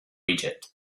egypt